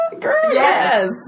Yes